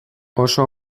oso